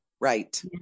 Right